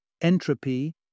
entropy